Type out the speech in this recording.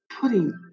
putting